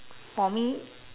for me